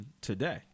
today